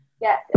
Yes